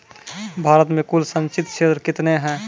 भारत मे कुल संचित क्षेत्र कितने हैं?